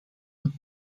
het